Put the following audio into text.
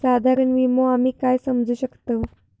साधारण विमो आम्ही काय समजू शकतव?